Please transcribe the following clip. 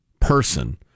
person